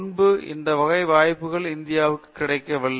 முன்பு இந்த வகை வாய்ப்பு இந்தியாவுக்கு கிடைக்கவில்லை